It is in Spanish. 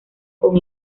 con